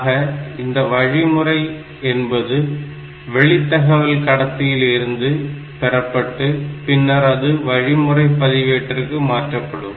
ஆக இந்த வழிமுறை என்பது வெளி தகவல் கடத்தியில் இருந்து பெறப்பட்டு பின்னர் அது வழிமுறை பதிவேட்டிற்கு மாற்றப்படும்